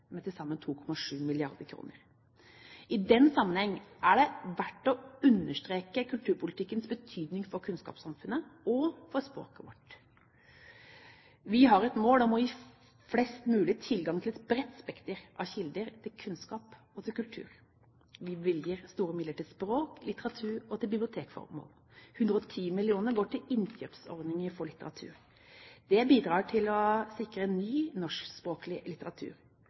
den sammenheng er det verdt å understreke kulturpolitikkens betydning for kunnskapssamfunnet og for språket vårt. Vi har et mål om å gi flest mulig tilgang til et bredt spekter av kilder til kunnskap og kultur. Vi bevilger store midler til språk, litteratur og bibliotekformål. 110 mill. kr går til innkjøpsordningene for litteratur. Det bidrar til å sikre en ny, norskspråklig litteratur.